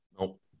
Nope